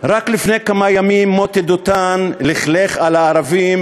רק לפני כמה ימים מוטי דותן לכלך על הערבים